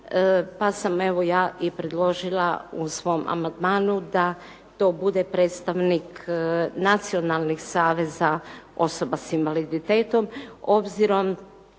pa sam, evo ja i predložila u svom amandmanu da to bude predstavnik nacionalnih saveza osoba s invaliditetom obzirom